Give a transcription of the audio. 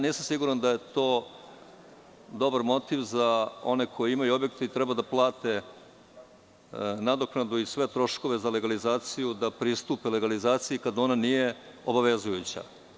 Nisam siguran da je to dobar motiv za one koji imaju objekte i treba da plate nadoknadu i sve troškove za legalizaciju da pristupe legalizaciji, kada ona nije obavezujuća.